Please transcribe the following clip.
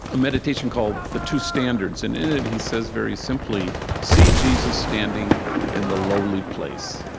meditation called the two standards. and in it he says, very simply, see jesus standing in the lowly place.